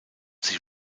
sich